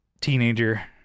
teenager